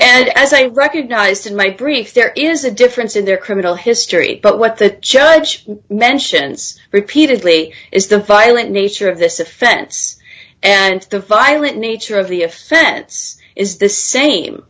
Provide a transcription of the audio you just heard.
and as a recognized in my brief there is a difference in their criminal history but what the judge mentions repeatedly is the filing nature of this offense and the violent nature of the offense is the same